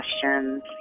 questions